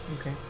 Okay